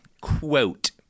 Quote